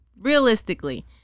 realistically